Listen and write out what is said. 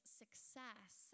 success